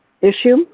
issue